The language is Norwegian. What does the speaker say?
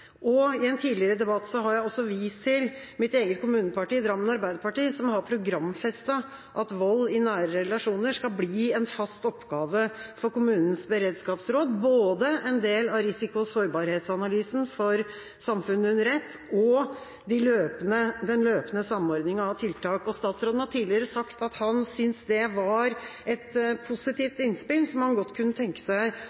Og i en tidligere debatt har jeg også vist til mitt eget kommuneparti, Drammen Arbeiderparti, som har programfestet at vold i nære relasjoner skal bli en fast oppgave for kommunens beredskapsråd, både en del av risiko- og sårbarhetsanalysen for samfunnet under ett og den løpende samordninga av tiltak. Statsråden har tidligere sagt at han syntes det var et positivt innspill, som han godt kunne tenke seg